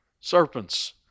serpents